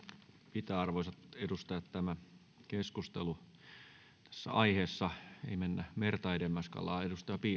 pitää arvoisat edustajat tämä keskustelu tässä aiheessa ei mennä merta edemmäs kalaan